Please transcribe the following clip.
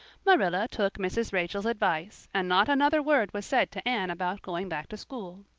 marilla took mrs. rachel's advice and not another word was said to anne about going back to school.